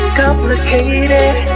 complicated